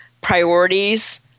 priorities